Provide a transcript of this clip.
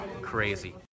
crazy